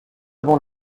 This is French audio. avant